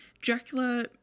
Dracula